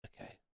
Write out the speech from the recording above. Okay